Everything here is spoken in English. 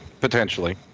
potentially